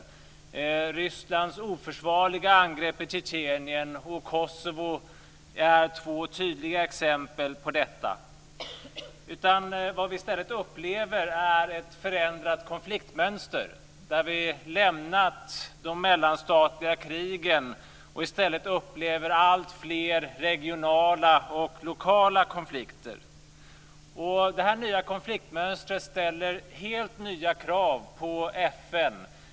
Rysslands oförsvarliga angrepp i Tjetjenien och Kosovo är två tydliga exempel på detta. Vad vi i stället upplever är ett förändrat konfliktmönster, där vi lämnat de mellanstatliga krigen och i stället upplever alltfler regionala och lokala konflikter. Detta nya konfliktmönster ställer helt nya krav på FN.